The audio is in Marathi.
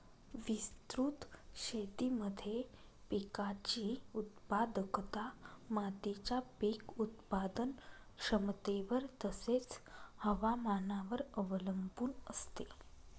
विस्तृत शेतीमध्ये पिकाची उत्पादकता मातीच्या पीक उत्पादन क्षमतेवर तसेच, हवामानावर अवलंबून असते